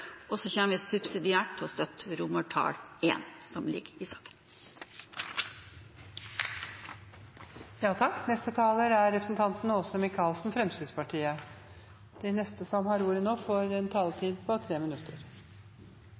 Og så kommer vi subsidiært til å støtte I, som ligger i saken. De talere som heretter får ordet, har en taletid på inntil 3 minutter.